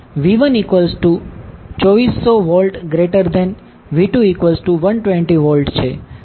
હવે V12400VV2120Vછે